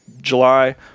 July